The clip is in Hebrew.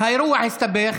האירוע הסתבך.